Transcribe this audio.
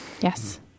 Yes